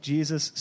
Jesus